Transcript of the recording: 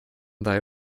thy